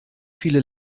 viele